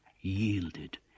yielded